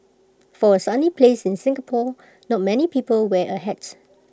for A sunny place like Singapore not many people wear A hat